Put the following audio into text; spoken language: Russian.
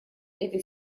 этой